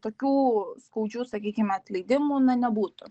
tokių skaudžių sakykim atleidimų na nebūtų